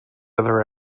other